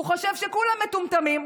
הוא חושב שכולם מטומטמים.